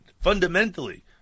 fundamentally